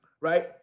right